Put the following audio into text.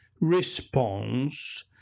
response